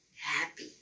happy